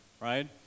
right